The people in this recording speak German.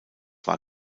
war